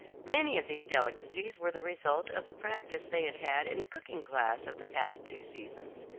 many of these delicacies were the result of the practice they had had in the cooking class of the past two seasons.